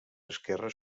esquerre